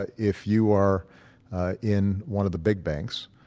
ah if you are in one of the big banks,